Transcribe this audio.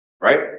Right